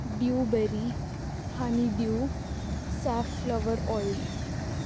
blueberry honeydew safflower oil